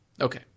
Okay